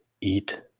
eat